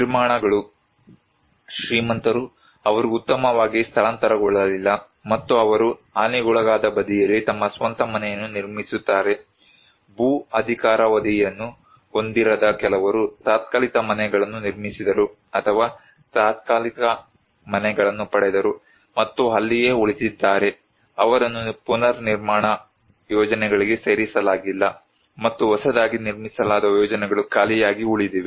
ನಿರ್ಮಾಣಗಳು ಶ್ರೀಮಂತರು ಅವರು ಉತ್ತಮವಾಗಿ ಸ್ಥಳಾಂತರಗೊಳ್ಳಲಿಲ್ಲ ಮತ್ತು ಅವರು ಹಾನಿಗೊಳಗಾದ ಬದಿಯಲ್ಲಿ ತಮ್ಮ ಸ್ವಂತ ಮನೆಯನ್ನು ನಿರ್ಮಿಸುತ್ತಾರೆ ಭೂ ಅಧಿಕಾರಾವಧಿಯನ್ನು ಹೊಂದಿರದ ಕೆಲವರು ತಾತ್ಕಾಲಿಕ ಮನೆಗಳನ್ನು ನಿರ್ಮಿಸಿದರು ಅಥವಾ ತಾತ್ಕಾಲಿಕ ಮನೆಗಳನ್ನು ಪಡೆದರು ಮತ್ತು ಅಲ್ಲಿಯೇ ಉಳಿದಿದ್ದಾರೆ ಅವರನ್ನು ಪುನರ್ನಿರ್ಮಾಣ ಯೋಜನೆಗಳಿಗೆ ಸೇರಿಸಲಾಗಿಲ್ಲ ಮತ್ತು ಹೊಸದಾಗಿ ನಿರ್ಮಿಸಲಾದ ಯೋಜನೆಗಳು ಖಾಲಿಯಾಗಿ ಉಳಿದಿವೆ